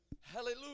Hallelujah